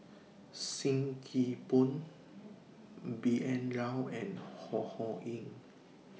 SIM Kee Boon B N Rao and Ho Ho Ying